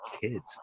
kids